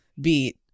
beat